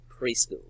Preschool